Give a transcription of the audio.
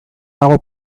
dago